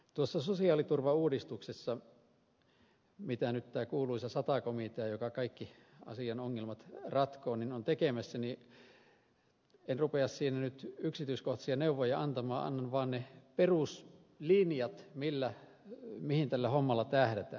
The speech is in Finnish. tuossa sosiaaliturvauudistuksessa mitä nyt tämä kuuluisa sata komitea joka kaikki asian ongelmat ratkoo on tekemässä en rupea nyt yksityiskohtaisia neuvoja antamaan annan vaan ne peruslinjat mihin tällä hommalla tähdätään